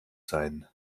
sein